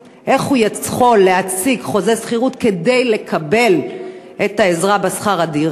איך הוא יכול להציג חוזה שכירות כדי לקבל את העזרה בשכר הדירה?